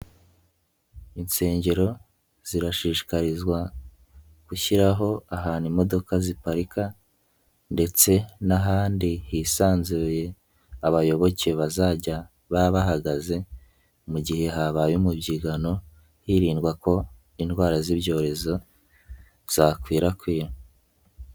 Insengero zirashishikarizwa gushyiraho ahantu imodoka ziparika ndetse n'ahandi hisanzuye abayoboke bazajya baba bahagaze mu gihe habaye umubyigano hirindwa ko indwara z'ibyorezo zakwirakwira.